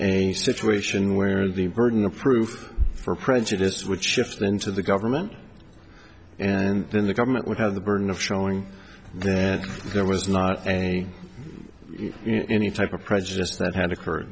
a situation where the burden of proof for prejudice which shifts then to the government and then the government would have the burden of showing that there was not any type of prejudice that had occurre